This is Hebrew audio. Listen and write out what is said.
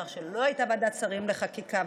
מאחר שלא הייתה ועדת שרים לחקיקה,